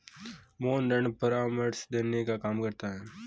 मोहन ऋण परामर्श देने का काम करता है